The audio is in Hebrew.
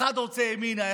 אחד רוצה ימינה,